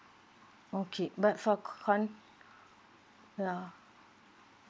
okay but for con ya